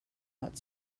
out